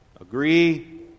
Agree